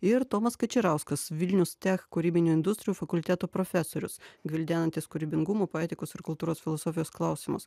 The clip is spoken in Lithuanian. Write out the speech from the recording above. ir tomas kačerauskas vilniaus tech kūrybinių industrijų fakulteto profesorius gvildenantys kūrybingumo poetikos ir kultūros filosofijos klausimus